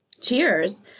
Cheers